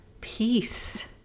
peace